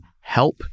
help